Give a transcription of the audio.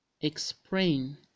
explain